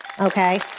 Okay